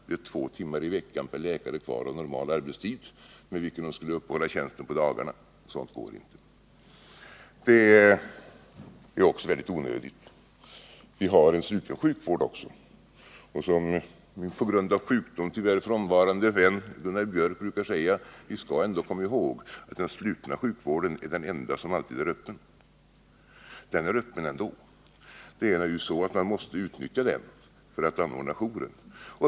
Det blir då per läkare bara två timmar i veckan kvar av normal arbetstid, med vilken tid de skulle uppehålla tjänsten på dagarna. Sådant går inte. Det är också onödigt. Vi har en sluten sjukvård också. Och, som min på grund av sjukdom tyvärr frånvarande vän Gunnar Biörck i Värmdö brukar säga: Vi skall ändå komma ihåg att den slutna sjukvården är den enda som alltid är öppen. Den är ju öppen ändå. Man måste utnyttja den för att kunna anordna jouren.